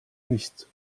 nicht